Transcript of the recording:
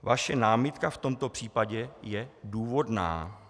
Vaše námitka v tomto případě je důvodná.